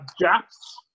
Japs